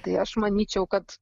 tai aš manyčiau kad